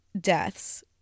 Deaths